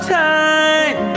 time